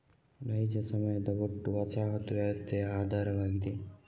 ನೈಜ ಸಮಯದ ಒಟ್ಟು ವಸಾಹತು ವ್ಯವಸ್ಥೆಯ ಆಧಾರವಾಗಿದೆ